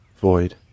Void